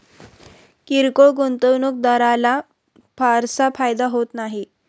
किरकोळ गुंतवणूकदाराला फारसा फायदा होत नाही